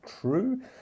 true